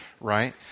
right